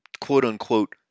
quote-unquote